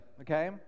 okay